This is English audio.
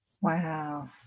Wow